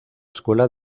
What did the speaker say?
escuela